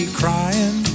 crying